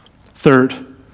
Third